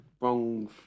wrong